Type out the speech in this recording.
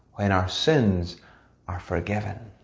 when our sins are forgiven.